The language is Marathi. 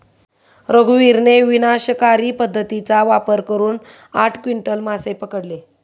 रघुवीरने विनाशकारी पद्धतीचा वापर करून आठ क्विंटल मासे पकडले